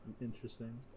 interesting